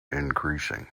increasing